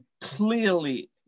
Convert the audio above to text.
clearly